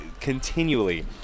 continually